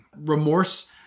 Remorse